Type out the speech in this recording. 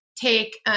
take